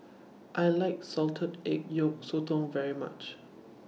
I like Salted Egg Yolk Sotong very much